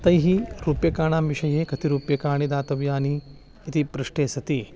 तैः रूप्यकाणां विषये कति रूप्यकाणि दातव्यानि इति पृष्टे सति